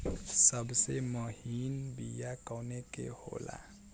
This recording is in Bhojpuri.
सबसे महीन बिया कवने के होला?